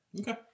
Okay